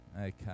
Okay